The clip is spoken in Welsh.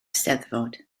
eisteddfod